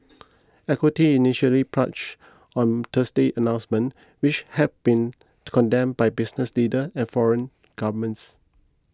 equities initially plunged on Thursday's announcement which has been condemned by business leader and foreign governments